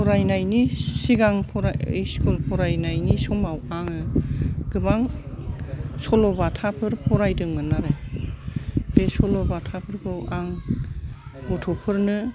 फरायनायनि सिगां स्कुल फरायनायनि समाव आङो गोबां सल'बाथाफोर फरायदोंमोन आरो बे सल'बाथाफोरखौ आं गथ'फोरनो